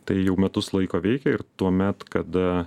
tai jau metus laiko veikia ir tuomet kada